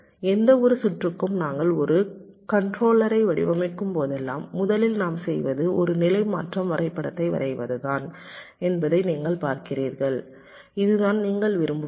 எந்தவொரு சுற்றுக்கும் நாங்கள் ஒரு கன்ட்ரோலர் வடிவமைக்கும் போதெல்லாம் முதலில் நாம் செய்வது ஒரு நிலை மாற்றம் வரைபடத்தை வரைவது தான் என்பதை நீங்கள் பார்க்கிறீர்கள் இதுதான் நீங்கள் விரும்புவது